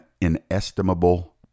inestimable